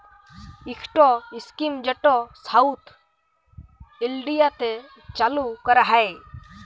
ইকট ইস্কিম যেট সাউথ ইলডিয়াতে চালু ক্যরা হ্যয়